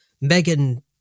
Megan